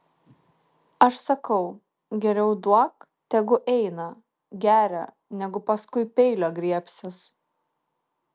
aš sakau geriau duok tegu eina geria negu paskui peilio griebsis